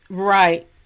Right